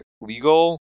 legal